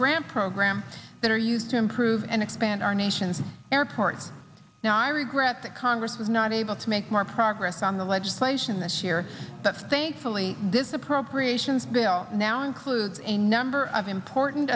grant program that are used to improve and expand our nation's airports now i regret that congress was not able to make more progress on the legislation this year but thankfully this appropriations bill now includes a number of important